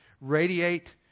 radiate